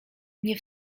nie